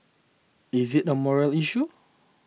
is it a moral issue